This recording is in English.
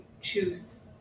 choose